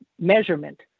measurement